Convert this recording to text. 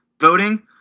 voting